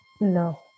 No